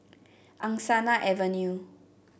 Angsana Avenue